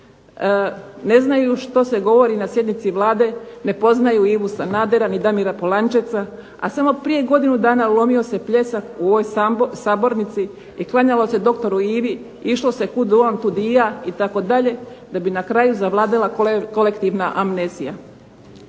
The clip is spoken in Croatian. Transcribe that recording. Ne znaju što se govori na sjednici Vlade, ne poznaju Ivu Sanadera, ni Damira Polančeca, a samo prije godinu dana lomio se pljesak u ovoj sabornici i klanjalo se doktoru Ivi i išlo se kud on, tud i ja itd. da bi na kraju zavladala kolektivna amnezija.